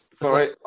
Sorry